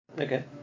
Okay